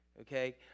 okay